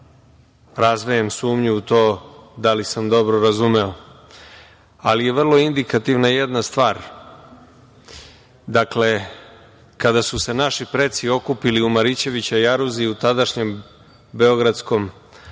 razvejem sumnju u to da li sam dobro razumeo, ali je vrlo indikativna jedna stvar. Dakle, kada su se naši preci okupili u Marićevića jaruzi u tadašnjem Beogradskom pašaluku,